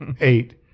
Eight